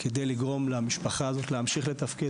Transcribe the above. כדי לגרום למשפחה הזאת להמשיך לתפקד